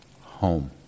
home